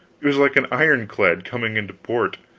it was like an iron-clad coming into port.